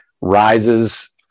rises